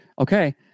okay